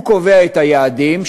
הוא קובע את היעדים,